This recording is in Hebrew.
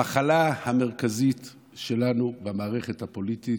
המחלה המרכזית שלנו במערכת הפוליטית,